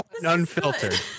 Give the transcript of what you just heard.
unfiltered